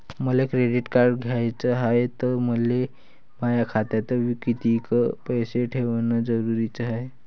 मले credit card घ्याचं हाय, त मले माया खात्यात कितीक पैसे ठेवणं जरुरीच हाय?